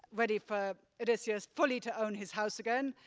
ready for odysseus fully to own his house again.